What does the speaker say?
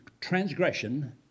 transgression